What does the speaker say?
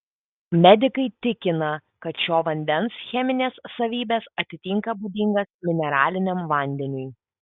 medikai tikina kad šio vandens cheminės savybės atitinka būdingas mineraliniam vandeniui